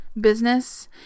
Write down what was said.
business